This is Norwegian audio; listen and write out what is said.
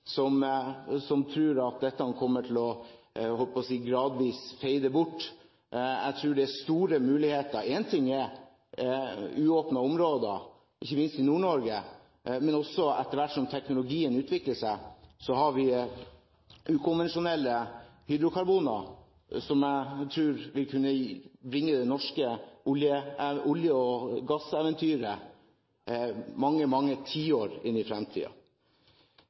som tror at dette gradvis kommer til å feide ut – jeg tror det er store muligheter. Én ting er uåpnede områder, ikke minst i Nord-Norge, men vi har også, etter hvert som teknologien utvikler seg, ukonvensjonelle hydrokarboner som jeg tror vil kunne bringe det norske olje- og gasseventyret mange, mange tiår inn i